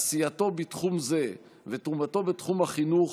עשייתו בתחום זה ותרומתו בתחום החינוך